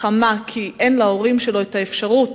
חמה כי אין להורים שלו אפשרות